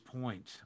point